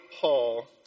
Paul